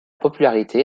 popularité